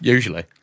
Usually